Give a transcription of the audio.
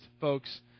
folks